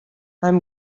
i’m